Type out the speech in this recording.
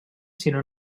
sinó